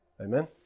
Amen